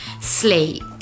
sleep